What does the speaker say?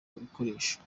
n’ibikoresho